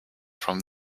from